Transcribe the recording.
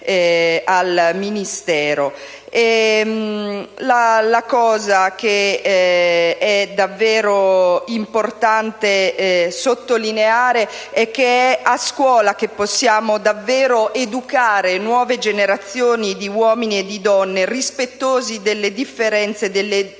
assieme al Ministero. È importante sottolineare che è a scuola che possiamo davvero educare nuove generazioni di uomini e donne rispettosi delle differenze e delle libertà